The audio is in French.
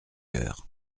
heures